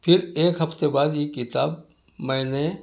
پھر ایک ہفتے بعد یہ کتاب میں نے